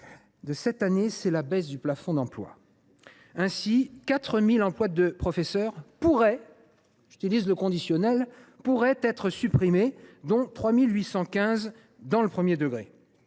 de cette année, est la baisse du plafond d’emplois. Ainsi, 4 000 emplois de professeurs pourraient – je l’exprime au conditionnel – être supprimés, dont 3 815 dans le premier degré.